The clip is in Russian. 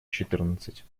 четырнадцать